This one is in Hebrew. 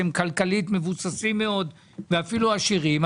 שהם כלכלית מבוססים מאוד ואפילו עשירים,